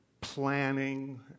planning